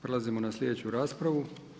Prelazimo na sljedeću raspravu.